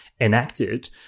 enacted